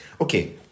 okay